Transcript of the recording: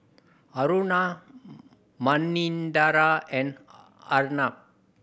Aruna Manindra and Arnab